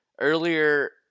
earlier